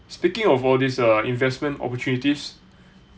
speaking of all these uh investment opportunities